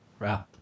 Wow